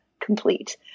complete